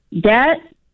debt